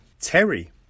Terry